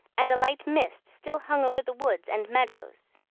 and a light mist still hung over the woods and meadows.